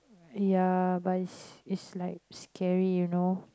ya but is is like scary you know